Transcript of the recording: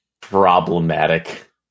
problematic